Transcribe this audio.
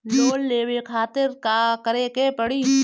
Loan लेवे खातिर का करे के पड़ी?